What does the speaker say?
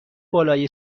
بالای